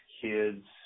kids